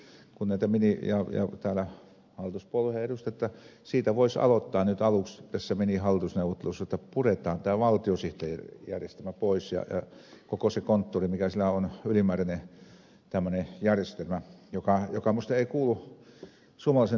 lauslahdelle sitten ja täällä hallituspuolueiden edustajille mistä voisi aloittaa nyt aluksi näissä minihallitusneuvotteluissa jotta puretaan tämä valtiosihteerijärjestelmä pois ja koko se konttuuri mikä siellä on ylimääräinen tämmöinen järjestelmä joka minusta ei kuulu suomalaiseen demokratiaan